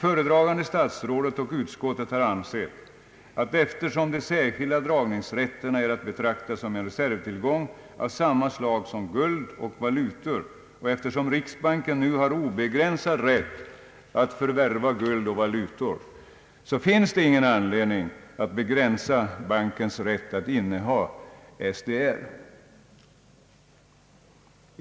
Föredragande statsrådet och utskottet har ansett att eftersom de särskilda dragningsrätterna är att betrakta som en reservtillgång av samma slag som guld och valutor och eftersom riksbanken nu har obegränsad rätt att förvärva guld och valutor, finns det ingen anledning att begränsa bankens rätt att inneha SDR.